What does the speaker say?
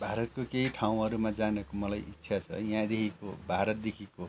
भारतको केही ठाउँहरूमा जानुको मलाई इच्छा छ है यहाँदेखिको भारतदेखिको